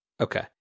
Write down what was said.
okay